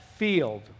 field